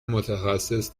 متخصص